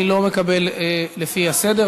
אני לא מקבל לפי הסדר,